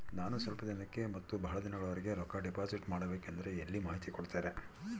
ನಾನು ಸ್ವಲ್ಪ ದಿನಕ್ಕ ಮತ್ತ ಬಹಳ ದಿನಗಳವರೆಗೆ ರೊಕ್ಕ ಡಿಪಾಸಿಟ್ ಮಾಡಬೇಕಂದ್ರ ಎಲ್ಲಿ ಮಾಹಿತಿ ಕೊಡ್ತೇರಾ?